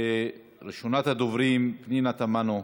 ראשונת הדוברים, פנינה תמנו.